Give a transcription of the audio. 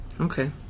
Okay